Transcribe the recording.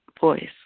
voice